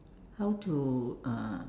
how to uh